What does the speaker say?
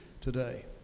today